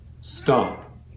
stop